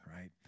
right